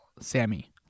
sammy